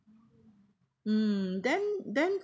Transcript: mm then then